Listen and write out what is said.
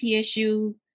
TSU